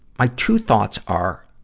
my two thoughts are,